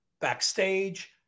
backstage